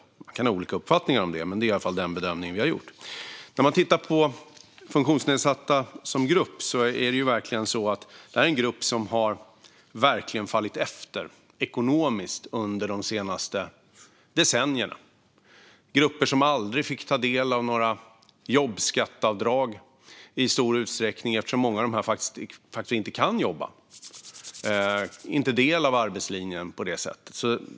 Detta kan man ha olika uppfattning om, men det är vår bedömning. Gruppen funktionsnedsatta har verkligen halkat efter ekonomiskt under de senaste decennierna. De fick aldrig ta del av några jobbskatteavdrag eftersom många av dem inte kan jobba och därför inte är del av arbetslinjen.